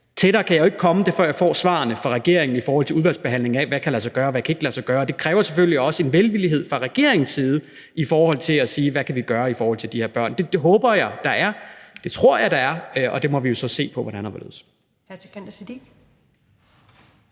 Tættere kan jeg jo ikke komme det, før jeg får svarene fra regeringen, i forhold til udvalgsbehandlingen af, hvad der kan lade sig gøre, og hvad der ikke kan lade sig gøre. Det kræver selvfølgelig også en velvillighed fra regeringens side i forhold til at sige, hvad vi kan gøre i forhold til de her børn – det håber jeg der er, det tror jeg der er – og der må vi jo så se på hvordan og hvorledes.